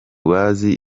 bazi